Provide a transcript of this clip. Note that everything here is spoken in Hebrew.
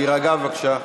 להירגע בבקשה.